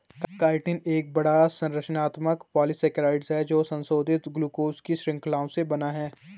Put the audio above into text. chitin एक बड़ा, संरचनात्मक पॉलीसेकेराइड है जो संशोधित ग्लूकोज की श्रृंखलाओं से बना है